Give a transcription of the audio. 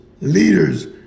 leaders